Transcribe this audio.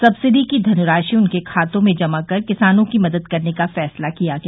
subsidy का पैसा उनके खातों में जमा कर किसानों की मदद करने का फैसला किया गया